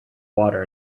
water